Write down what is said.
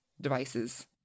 devices